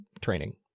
training